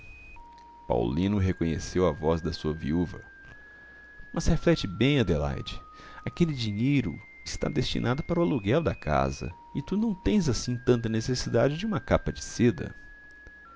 não paulino reconheceu a voz da sua viúva mas reflete bem adelaide aquele dinheiro está destinado para o aluguel da casa e tu não tens assim tanta necessidade de uma capa de seda